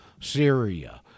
Syria